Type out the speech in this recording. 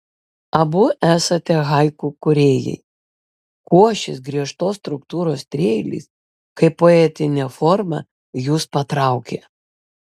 abu esate haiku kūrėjai kuo šis griežtos struktūros trieilis kaip poetinė forma jus patraukė